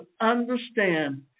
understand